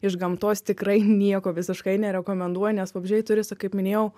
iš gamtos tikrai nieko visiškai nerekomenduoju nes vabzdžiai turi kaip minėjau